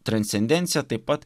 transcendencija taip pat